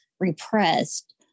repressed